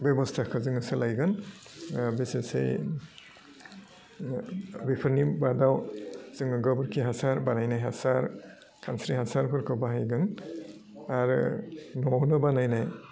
बेब'स्थाखौ जोङो सोलायगोन बेसेसै बेफोरनि बादाव जोङो गोबोरखि हासार बानायनाय हासार खानस्रि हासारफोरखौ बाहायगोन आरो न'वावनो बानायनाय